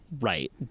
right